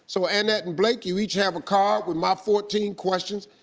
so annette and blake, you each have a card with my fourteen questions.